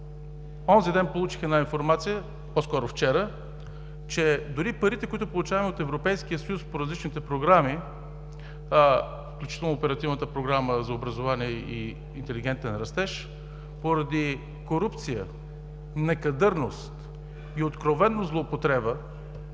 вчера, получих една информация, че дори парите, които получаваме от Европейския съюз по различните програми, включително и Оперативната програма за образование и интелигентен растеж, поради корупция, некадърност и откровена злоупотреба